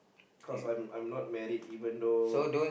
cause I'm I'm not married even though